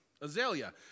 Azalea